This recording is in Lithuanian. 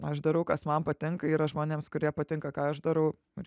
aš darau kas man patinka yra žmonėms kurie patinka ką aš darau ar